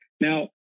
Now